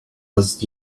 was